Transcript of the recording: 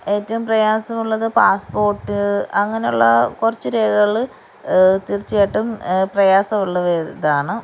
ഏറ്റവും പ്രയാസമുള്ളത് പാസ്പോർട്ട് അങ്ങനെയുള്ള കുറച്ച് രേഖകള് തീർച്ചയായിട്ടും പ്രയാസമുള്ളത് ഇതാണ്